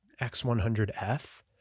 X100F